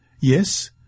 Yes